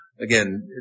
Again